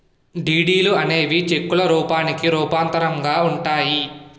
డీడీలు అనేవి చెక్కుల రూపానికి రూపాంతరంగా ఉంటాయి